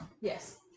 yes